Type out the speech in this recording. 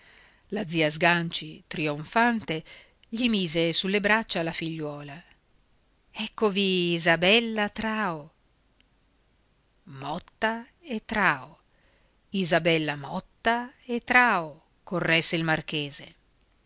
la zia sganci trionfante gli mise sulle braccia la figliuola eccovi isabella trao motta e trao isabella motta e trao corresse il marchese